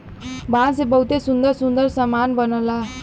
बांस से बहुते सुंदर सुंदर सामान बनला